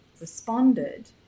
responded